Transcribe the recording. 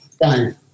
done